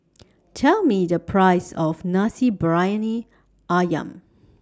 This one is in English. Tell Me The Price of Nasi Briyani Ayam